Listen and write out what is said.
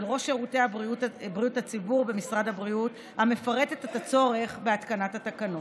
ראש שירותי בריאות הציבור במשרד הבריאות המפרטת את הצורך בהתקנת התקנות.